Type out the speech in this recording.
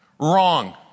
Wrong